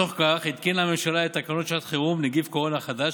בתוך כך התקינה הממשלה את תקנות שעת חירום (נגיף הקורונה החדש,